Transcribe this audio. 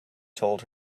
told